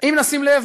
אם נשים לב,